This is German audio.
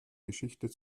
geschichte